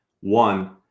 one